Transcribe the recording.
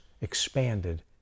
expanded